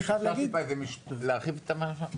אני חייב להגיד --- אפשר טיפה להרחיב את מה שאמרת?